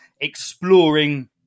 exploring